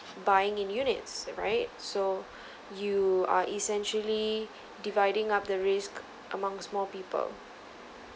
buying in units right so you are essentially dividing up the risk amongst more people